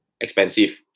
expensive